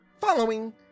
following